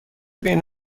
بین